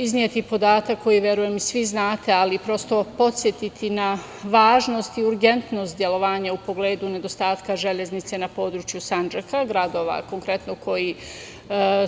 Izneću podatak za koji verujem da svi znate, ali da prosto podstim na važnost i urgentnost delovanja u pogledu nedostatka železnice na području Sandžaka, gradova konkretno koji